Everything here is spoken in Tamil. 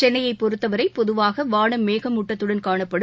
சென்னையை பொறுத்தவரை பொதுவாக மேகமூட்டத்துடன் காணப்படும்